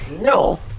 No